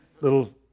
Little